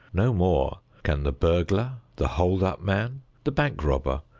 no more can the burglar, the hold-up man, the bank robber,